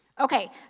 Okay